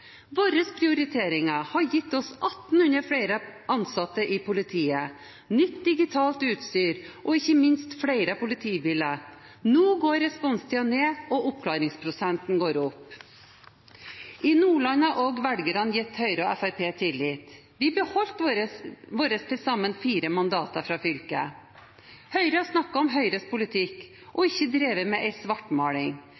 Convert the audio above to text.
Våre prioriteringer har gitt oss 1 800 flere ansatte i politiet, nytt digitalt utstyr og ikke minst flere politibiler. Nå går responstiden ned, og oppklaringsprosenten går opp. I Nordland har også velgerne gitt Høyre og Fremskrittspartiet tillit – vi beholdt våre til sammen fire mandater fra fylket. Høyre har snakket om Høyres politikk og